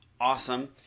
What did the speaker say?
awesome